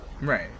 Right